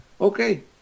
okay